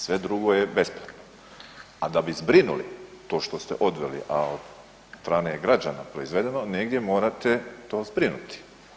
Sve drugo je besplatno, a da bi zbrinuli to što ste odveli, a od strane građana proizvedeno, negdje morate to zbrinuti.